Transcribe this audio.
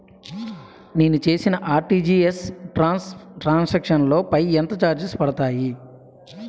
నేను చేసిన RTGS transaction లో పై ఎంత చార్జెస్ పడతాయి?